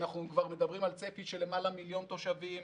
אנחנו כבר מדברים על צפי של למעלה ממיליון תושבים